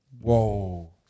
Whoa